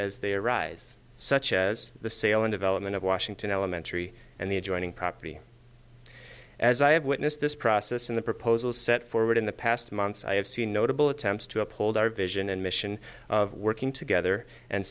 as they arise such as the sale and development of washington elementary and the adjoining property as i have witnessed this process and the proposals set forward in the past months i have seen notable attempts to uphold our vision and mission of working together and